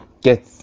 get